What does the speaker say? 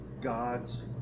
God's